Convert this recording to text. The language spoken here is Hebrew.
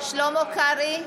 שלמה קרעי,